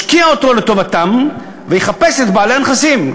ישקיע אותו לטובתם ויחפש את בעלי הנכסים.